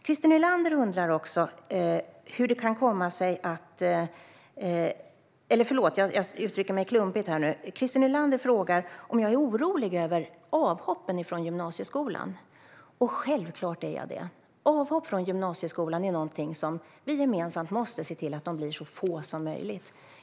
Christer Nylander frågar om jag är orolig över avhoppen från gymnasieskolan. Självklart är jag det! Avhopp från gymnasieskolan är någonting som vi gemensamt måste se till blir så få som möjligt.